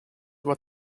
what